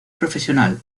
profesional